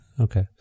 Okay